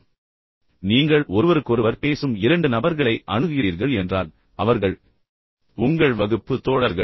அல்லது மற்றொரு சூழ்நிலையைப் பாருங்கள் நீங்கள் ஒருவருக்கொருவர் பேசும் இரண்டு நபர்களை அணுகுகிறீர்கள் என்றால் அவர்கள் உங்கள் வகுப்பு தோழர்கள்